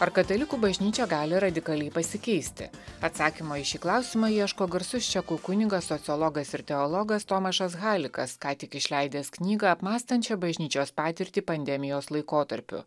ar katalikų bažnyčia gali radikaliai pasikeisti atsakymo į šį klausimą ieško garsus čekų kunigas sociologas ir teologas tomašas halikas ką tik išleidęs knygą apmąstančią bažnyčios patirtį pandemijos laikotarpiu